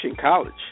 college